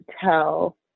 tell